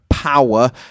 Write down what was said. power